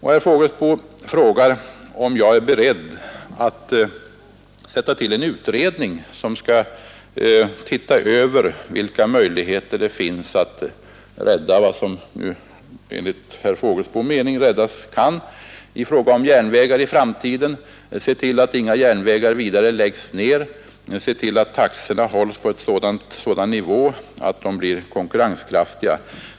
Herr Fågelsbo frågar om jag är beredd att sätta till en utredning som skall se över vilka möjligheter som finns att rädda vad som enligt herr Fågelsbos mening räddas kan i fråga om järnvägar, att se till att inga järnvägar vidare läggs ner, att se till att taxorna hålls på en sådan nivå att de blir konkurrenskraftiga.